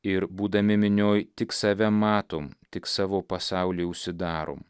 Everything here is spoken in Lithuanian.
ir būdami minioj tik save matom tik savo pasaulį užsidarom